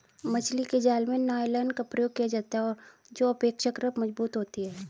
मछली के जाल में नायलॉन का प्रयोग किया जाता है जो अपेक्षाकृत मजबूत होती है